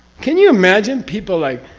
can you imagine people like,